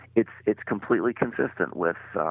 it's it's completely consistent with ah